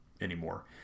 anymore